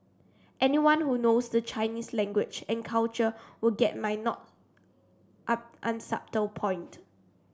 anyone who knows the Chinese language and culture would get my not on unsubtle point